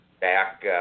back